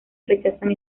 rechazan